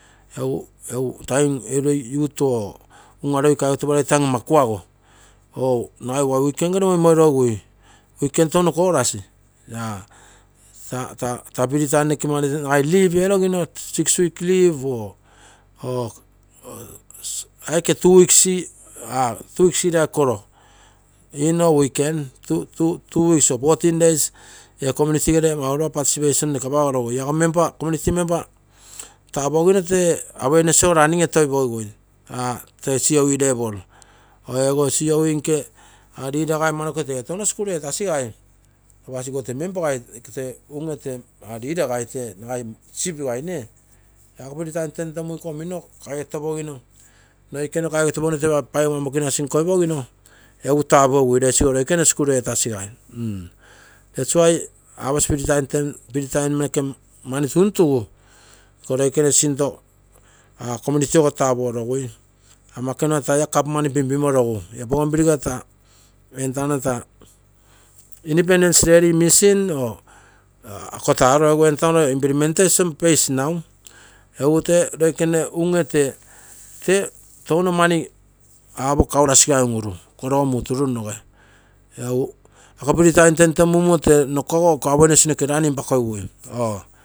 Egu roi unga kuitogarei time ama kuago nagai lopa weekend gere moimoirogigui weekend tono korasi nagai, leave erogino six week leave, two weeks igirai koro ino weekend, two weeks or fourteen days eecommunity gere mauropa participation noke apagorogoui. Ia community member tapuogino awareness ogo running etoipogui. tee coe ievet, or ego coe nke leadergai amanoko tee tono skul etasigai. Lopa sigo member gai nogo chief gai, ako free time tentemungu iko minno noikeino kaigotopogino ougomma mokinasi nkoipogino egu tapuogigui ree sigo loikene skul etasigai thats apoo free time mani tunfugu apo community ogo tapuorogui ama noke taa ia government mani pinpimorogu ia bougainville independence redi mission or kotaro egu entano implementation base nau egu tee roikene unge tee touno mani kaurasigai un uru. Ee roikene unge korogo mumuturunnogu ako free time tentemungu tee awareness noke running pakogigui.